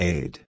Aid